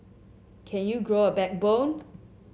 can you grow a backbone